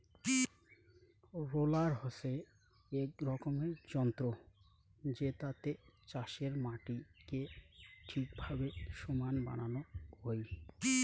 roller হসে এক রকমের যন্ত্র জেতাতে চাষের মাটিকে ঠিকভাবে সমান বানানো হই